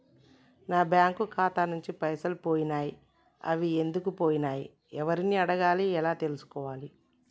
నా బ్యాంకు ఖాతా నుంచి పైసలు పోయినయ్ అవి ఎందుకు పోయినయ్ ఎవరిని అడగాలి ఎలా తెలుసుకోవాలి?